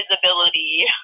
visibility